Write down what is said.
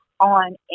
on